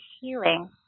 healing